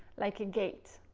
like a gate.